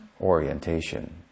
orientation